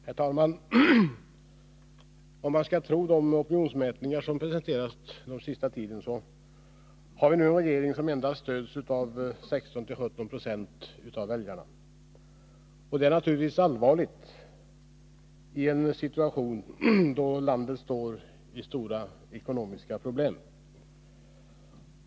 Herr talman! Om man skall tro de opinionsmätningar som presenterats under den senaste tiden har vi nu en regering som endast stöd: 16-17 90 av väljarna. Det är naturligtvis allvarligt i en situation då landet står inför stora ekonomiska problem.